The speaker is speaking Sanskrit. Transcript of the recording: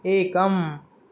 एकम्